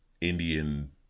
Indian